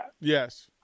Yes